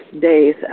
days